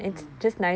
mm